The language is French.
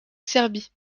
serbie